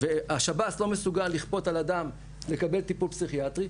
והשב"ס לא מסוגל לכפות על אדם לקבל טיפול פסיכיאטרי,